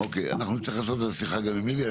אנחנו נצטרך לעשות את השיחה גם עם איליה,